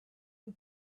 you